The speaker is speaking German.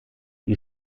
die